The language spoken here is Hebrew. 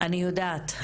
אני יודעת,